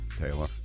Taylor